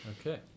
Okay